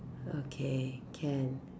okay can